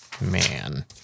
Man